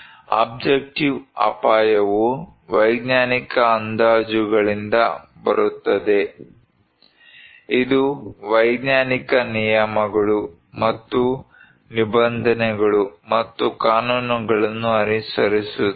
objective ಅಪಾಯವು ವೈಜ್ಞಾನಿಕ ಅಂದಾಜುಗಳಿಂದ ಬರುತ್ತದೆ ಇದು ವೈಜ್ಞಾನಿಕ ನಿಯಮಗಳು ಮತ್ತು ನಿಬಂಧನೆಗಳು ಮತ್ತು ಕಾನೂನುಗಳನ್ನು ಅನುಸರಿಸುತ್ತದೆ